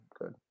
good